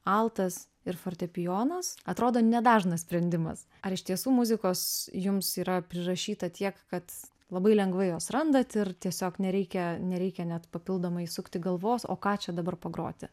altas ir fortepijonas atrodo nedažnas sprendimas ar iš tiesų muzikos jums yra prirašyta tiek kad labai lengvai jos randat ir tiesiog nereikia nereikia net papildomai sukti galvos o ką čia dabar pagroti